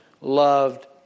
loved